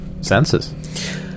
senses